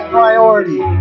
priority